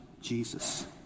Jesus